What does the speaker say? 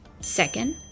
Second